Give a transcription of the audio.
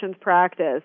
practice